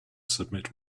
submit